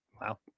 Wow